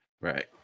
right